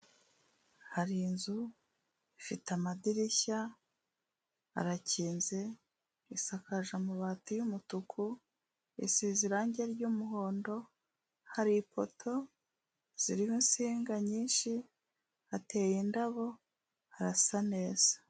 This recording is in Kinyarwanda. Hari inzu ifite amadirishya arakinze, isakaje amabati y'umutuku, isize irange ry'umuhondo, hari ipoto ziriho insinga nyinshi, hateye indabo harasa neza.